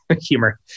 humor